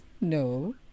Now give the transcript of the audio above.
No